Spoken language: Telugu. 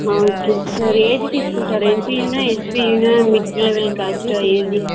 ఓకే సార్ ఏది తీసుకుంటారు ఎన్సీయూనా హెచ్సీయూనా మిడ్ లెవెల్ కాస్టా ఏది